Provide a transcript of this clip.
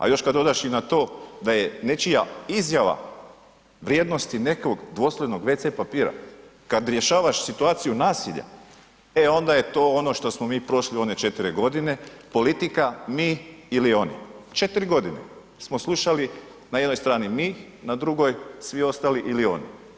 A još kad dodaš i na to da je nečija izjava vrijednosti nekog dvoslojnog wc papira kada rješavaš situaciju nasiljem e onda je to ono što smo mi prošli u one 4 godine, politika, mi ili oni, 4 godine smo slušali na jednoj strani mi a na drugoj svi ostali ili oni.